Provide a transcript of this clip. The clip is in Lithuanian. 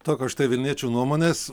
tokios štai vilniečių nuomonės